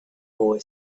boy